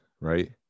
right